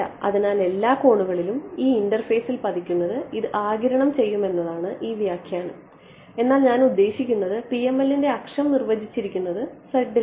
അതിനാൽ എല്ലാ കോണുകളിലും ഈ ഇന്റർഫേസിൽ പതിക്കുന്നത് ഇത് ആഗിരണം ചെയ്യുമെന്നതാണ് ഈ വ്യാഖ്യാനം എന്നാൽ ഞാൻ ഉദ്ദേശിക്കുന്നത് PML ന്റെ അക്ഷം നിർവചിച്ചിരിക്കുന്നത് z ൽ ആണ്